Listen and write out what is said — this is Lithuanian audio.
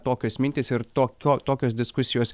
tokios mintys ir to to tokios diskusijos